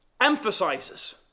emphasizes